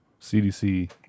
CDC